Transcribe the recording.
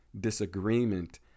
disagreement